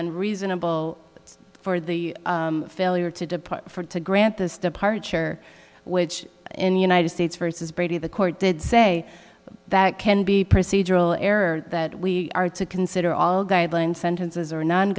reasonable for the failure to depart for to grant this departure which in the united states versus brady the court did say that can be procedural error that we are to consider all guideline sentences or non